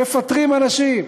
מפטרים אנשים.